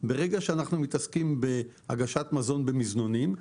ברגע שאנחנו מתעסקים בהגשת מזון במזנונים,